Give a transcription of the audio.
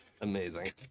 Amazing